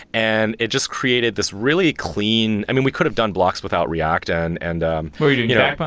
and it just created this really clean i mean, we could have done blocks without react and and um well, you did back on?